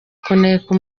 kuneka